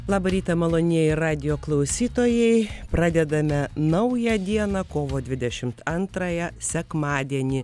labą rytą malonieji radijo klausytojai pradedame naują dieną kovo dvidešimt antrąją sekmadienį